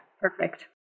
perfect